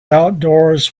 outdoors